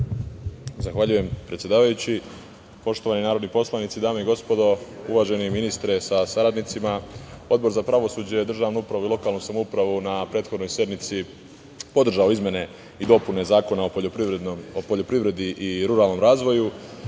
Zahvaljujem predsedavajući. Poštovani narodni poslanici, dame i gospodo, uvaženi ministre sa saradnicima, Odbor za pravosuđe, državnu upravu i lokalnu samoupravu na prethodnoj sednici podržao je izmene i dopune Zakona o poljoprivredi i ruralnom razvoju,